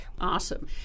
Awesome